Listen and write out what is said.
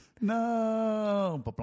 No